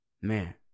Man